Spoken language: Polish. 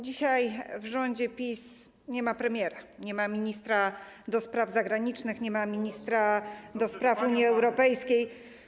Dzisiaj w rządzie PiS nie ma premiera, nie ma ministra spraw zagranicznych, nie ma ministra do spraw Unii Europejskiej.